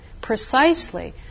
precisely